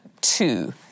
two